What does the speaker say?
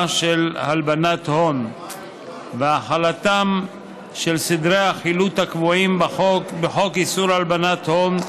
של הלבנת הון והחלתם של הסדרי החילוט הקבועים בחוק איסור הלבנת הון,